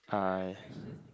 hi